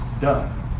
done